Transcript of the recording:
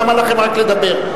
למה לכם רק לדבר.